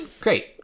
great